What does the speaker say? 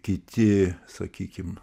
kiti sakykim